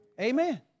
Amen